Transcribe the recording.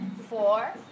four